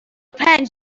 پنج